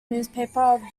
newspaper